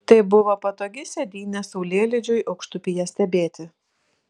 tai buvo patogi sėdynė saulėlydžiui aukštupyje stebėti